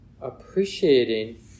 appreciating